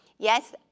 Yes